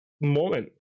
moment